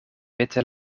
witte